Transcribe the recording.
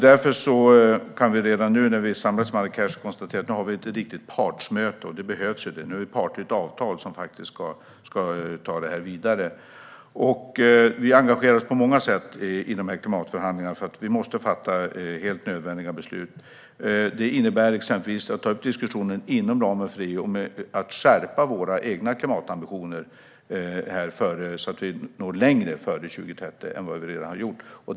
Det blir ett riktigt partsmöte i Marrakech eftersom vi är parter i ett avtal som ska ta detta vidare. Vi engagerar oss på många sätt i klimatförhandlingarna, för vi måste fatta helt nödvändiga beslut. Det innebär exempelvis att ta upp diskussionen inom ramen för EU om att skärpa våra egna klimatambitioner så att vi når längre före 2030 än vi redan har gjort.